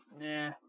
Nah